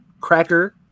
cracker